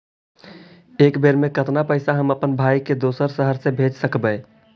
एक बेर मे कतना पैसा हम अपन भाइ के दोसर शहर मे भेज सकबै?